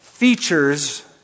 features